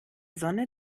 sonne